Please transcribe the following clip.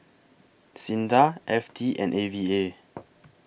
SINDA F T and A V A